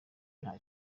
nta